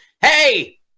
hey